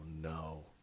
no